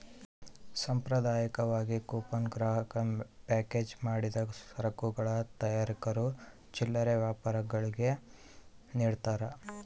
ಸಾಂಪ್ರದಾಯಿಕವಾಗಿ ಕೂಪನ್ ಗ್ರಾಹಕ ಪ್ಯಾಕೇಜ್ ಮಾಡಿದ ಸರಕುಗಳ ತಯಾರಕರು ಚಿಲ್ಲರೆ ವ್ಯಾಪಾರಿಗುಳ್ಗೆ ನಿಡ್ತಾರ